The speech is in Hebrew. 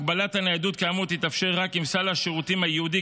הגבלת הניידות כאמור תתאפשר רק אם סל השירותים הייעודי